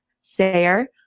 Sayer